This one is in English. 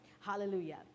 Hallelujah